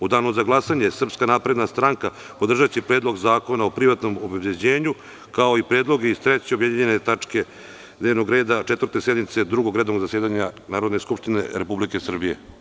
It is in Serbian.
U danu za glasanje SNS podržaće Predlog zakona o privatnom obezbeđenju, kao i predloge iz treće objedinjene tačke dnevnog reda Četvrte sednice Drugog redovnog zasedanja Narodne skupštine Republike Srbije.